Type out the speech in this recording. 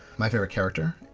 my favourite character,